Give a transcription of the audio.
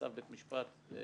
בצו בית משפט הם